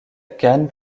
cannes